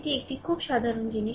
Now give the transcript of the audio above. এটি একটি খুব সাধারণ জিনিস